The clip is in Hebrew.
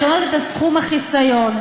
לשנות את סכום החיסיון.